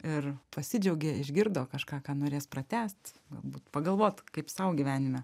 ir pasidžiaugė išgirdo kažką ką norės pratęst galbūt pagalvot kaip sau gyvenime